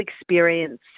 experience